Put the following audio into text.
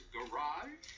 Garage